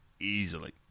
easily